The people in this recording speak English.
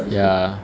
ya